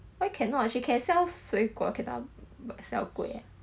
why cannot actually can sell 水果 cannot b~ sell kueh